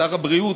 שר הבריאות,